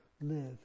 Live